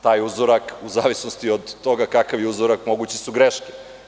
Taj uzorak u zavisnosti od toga kakav je uzorak moguće su i greške.